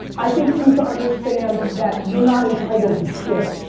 i think you need to understand that you're not entitled to shit.